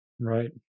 Right